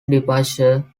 departure